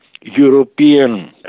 European